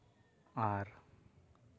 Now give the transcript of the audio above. ᱟᱨ